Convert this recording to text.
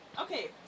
okay